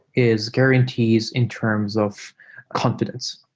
is guarantees in terms of confi dence.